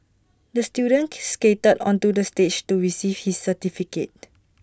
the student skated onto the stage to receive his certificate